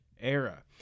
era